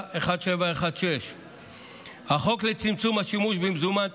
1716. החוק לצמצום השימוש במזומן,